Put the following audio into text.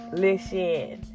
listen